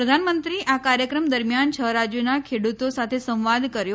પ્રધાનમંત્રી આ કાર્યક્રમ દરમિયાન છ રાજ્યોના ખેડૂતો સાથે સંવાદ કર્યો